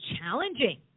challenging